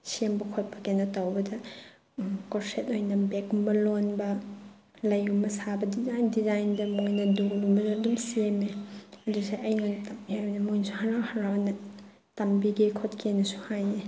ꯁꯦꯝꯕ ꯈꯣꯠꯄ ꯀꯩꯅꯣ ꯇꯧꯕꯗ ꯀꯣꯔꯁꯦꯠ ꯑꯣꯏꯅ ꯕꯦꯒꯀꯨꯝꯕ ꯂꯣꯟꯕ ꯂꯩꯒꯨꯝꯕ ꯁꯥꯕ ꯗꯤꯖꯥꯏꯟ ꯗꯤꯖꯥꯏꯟꯗ ꯃꯣꯏꯅ ꯑꯗꯨꯒꯨꯝꯕꯗꯣ ꯑꯗꯨꯝ ꯁꯦꯝꯃꯦ ꯑꯗꯨꯁꯨ ꯑꯩꯅ ꯍꯥꯏꯔꯗꯤ ꯃꯣꯏꯅꯁꯨ ꯍꯥꯔꯥꯎ ꯍꯥꯔꯥꯎꯅ ꯇꯝꯕꯤꯒꯦ ꯈꯣꯠꯀꯦꯅꯁꯨ ꯌꯥꯏꯌꯦ